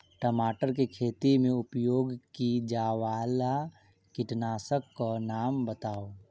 टमाटर केँ खेती मे उपयोग की जायवला कीटनासक कऽ नाम बताऊ?